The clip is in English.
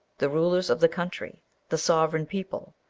the rulers of the country the sovereign people!